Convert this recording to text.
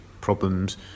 problems